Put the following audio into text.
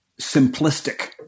simplistic